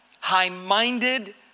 high-minded